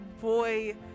boy